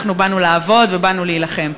אנחנו באנו לעבוד ובאנו להילחם.